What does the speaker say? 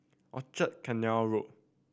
Rochor Canal Road